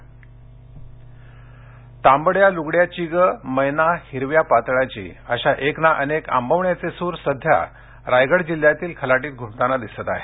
भात लावणी तांबडया लुगडयाची गं मैना हिरव्या पातळाची अशा एक ना अनेक आंबवण्यांचे सूर सध्या रायगड जिल्हयातील खलाटीत घूमताना दिसत आहेत